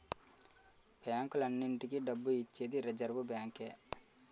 బ్యాంకులన్నింటికీ డబ్బు ఇచ్చేది రిజర్వ్ బ్యాంకే